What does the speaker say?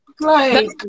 Right